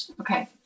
okay